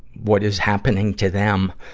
what is happening to them, ah,